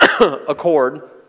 accord